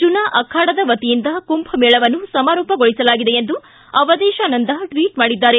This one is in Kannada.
ಜುನಾ ಅಖಾಡದ ವತಿಯಿಂದ ಕುಂಭ ಮೇಳವನ್ನು ಸಮಾರೋಪಗೊಳಿಸಲಾಗಿದೆ ಎಂದು ಅವದೇಶಾನಂದ ಟ್ವಿಟ್ ಮಾಡಿದ್ದಾರೆ